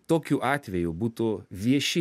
tokiu atveju būtų vieši